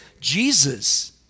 Jesus